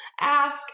Ask